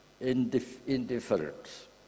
indifference